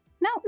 No